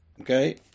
Okay